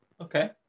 Okay